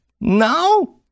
no